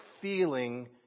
feeling